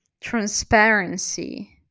transparency